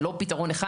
זה לא פתרון אחד.